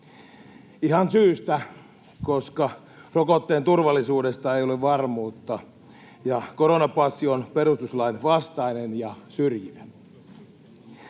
Ihan syystä, koska rokotteen turvallisuudesta ei ole varmuutta ja koronapassi on perustuslain vastainen ja syrjivä.